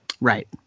Right